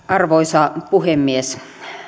arvoisa puhemies